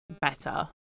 better